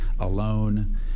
alone